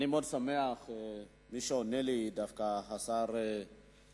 אני מאוד שמח שמי שעונה לנו הוא דווקא השר אדלשטיין.